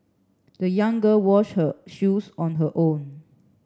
the young girl wash her shoes on her own